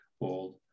old